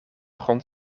grond